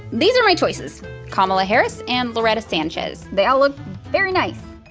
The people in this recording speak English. these are my choices kamala harris and loretta sanchez. they all look very nice.